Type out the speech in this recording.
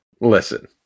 listen